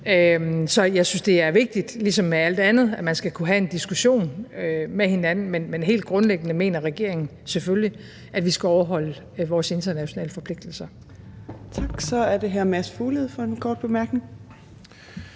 Så jeg synes, at det ligesom med alt andet er vigtigt, at man skal kunne have en diskussion med hinanden. Men helt grundlæggende mener regeringen selvfølgelige, at vi skal overholde vores internationale forpligtelser. Kl. 14:34 Fjerde næstformand (Trine